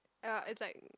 uh it's like